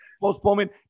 postponement